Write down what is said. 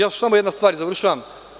Još samo jedan stvar i završavam.